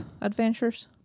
adventures